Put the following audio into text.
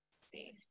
See